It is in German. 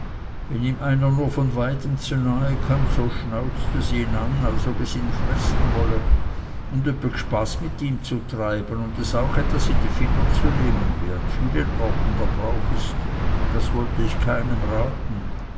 wenn ihm einer nur von weitem zu nahe kömmt so schnauzt es ihn an als ob es ihn fressen wolle und öppe gspaß mit ihm zu treiben und es auch etwas in den finger zu nehmen wie an vielen orten der brauch ist das wollte ich keinem raten